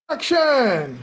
Action